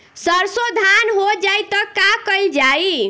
सरसो धन हो जाई त का कयील जाई?